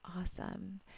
Awesome